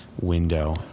window